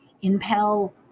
impel